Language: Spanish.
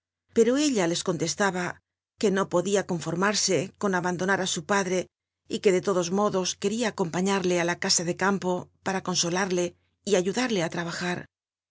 pero ella les contestaba que no poclia conformarse con abandonar á sn padre y que de todos modos qucria acompafíarlc á la casa de campo para consolarle y ayudarle á trabajar